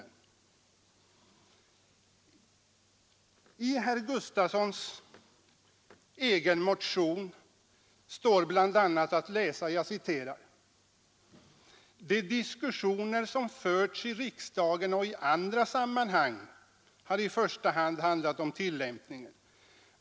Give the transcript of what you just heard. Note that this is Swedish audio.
I herr Gustavssons egen motion står det bl.a.: ”De diskussioner som förts i riksdagen och i andra sammanhang har i första hand handlat om tillämpningen.